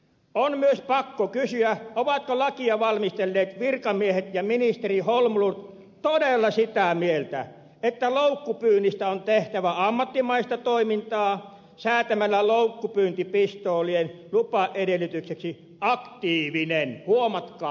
on myös pakko kysyä ovatko lakia valmistelleet virkamiehet ja ministeri holmlund todella sitä mieltä että loukkupyynnistä on tehtävä ammattimaista toimintaa säätämällä loukkupyyntipistoolien lupaedellytykseksi aktiivinen huomatkaa